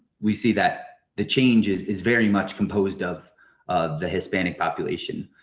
we see that the change is is very much composed of of the hispanic population.